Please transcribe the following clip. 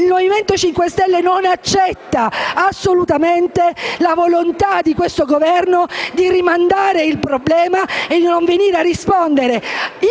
il Movimento 5 Stelle non accetta assolutamente la volontà di questo Governo di rimandare il problema e non venire a rispondere